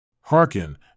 Hearken